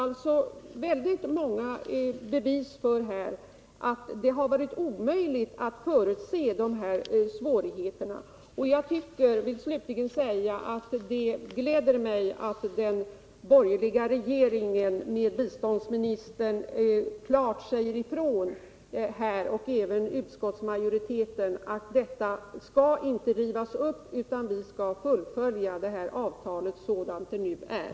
Det finns väldigt många bevis för att det varit omöjligt att förutse dessa och andra faktorer. Slutligen vill jag säga att det gläder mig att den borgerliga regeringen genom biståndsministern liksom även utskottsmajoriteten klart säger ifrån att avtalet inte skall rivas upp, utan att det skall fullföljas sådant det nu är.